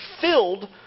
filled